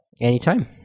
Anytime